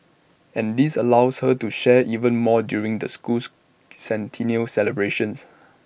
and this allows her to share even more during the school's centennial celebrations